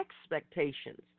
expectations